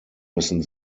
müssen